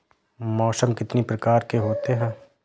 मौसम कितनी प्रकार के होते हैं?